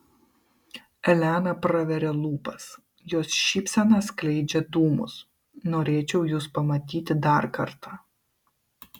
elena praveria lūpas jos šypsena skleidžia dūmus norėčiau jus pamatyti dar kartą